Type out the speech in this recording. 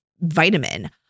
vitamin